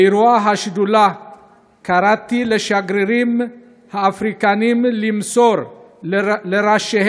באירוע השדולה קראתי לשגרירים האפריקנים למסור לראשי